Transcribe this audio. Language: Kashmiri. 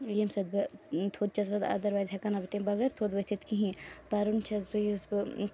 ییٚمہِ سۭتۍ بہٕ تھوٚد چھس وۄتھان اَدَروایِز ہٮ۪کہٕ ہا نہٕ تمہِ بَغٲر تھوٚد ؤتِتھ کِہیٖنۍ پَرُن چھس بہٕ یُس بہٕ